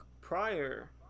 prior